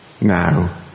now